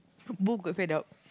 both get fed up